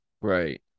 Right